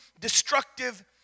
destructive